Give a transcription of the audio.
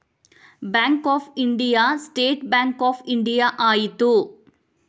bank of India State Bank of India ಆಯಿತು